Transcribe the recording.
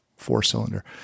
four-cylinder